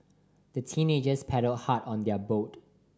the teenagers paddled hard on their boat